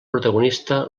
protagonista